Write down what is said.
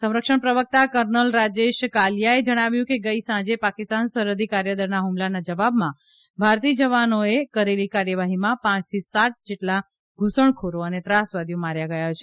સંરક્ષણ પ્રવકતા કર્નલ રાજેશ કાલિયાએ જણાવ્યું કે ગઈ સાંજે પાકિસ્તાન સરહદી કાર્યદળના ફુમલાના જવાબમાં ભારતી જવાનોએ કરેલી કાર્યવાહીમાં પાંચ થી સાત જેટલા ધુસણખોરો અને ત્રાસવાદીઓ માર્યા ગયા છે